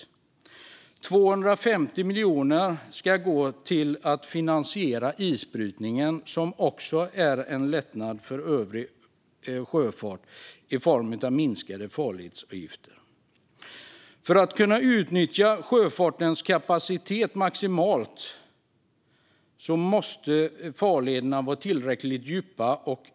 Vidare ska 250 miljoner gå till att finansiera isbrytningen, vilket också innebär en lättnad för övrig sjöfart i form av sänkta farledsavgifter. För att kunna utnyttja sjöfartens kapacitet maximalt måste farleder och hamnar vara tillräckligt djupa.